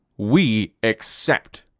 we accept.